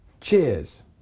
cheers